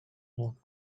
block